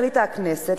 החליטה הכנסת,